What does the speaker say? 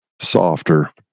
softer